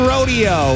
Rodeo